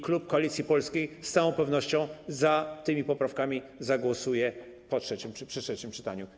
Klub Koalicji Polskiej z całą pewnością za tymi poprawkami zagłosuje w trakcie trzeciego czytaniu.